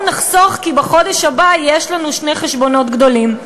נחסוך כי בחודש הבא יש לנו שני חשבונות גדולים,